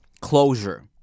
closure